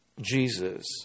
Jesus